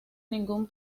ningún